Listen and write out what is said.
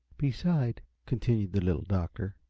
beside, continued the little doctor,